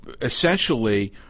essentially